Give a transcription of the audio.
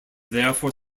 therefore